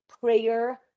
prayer